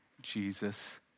Jesus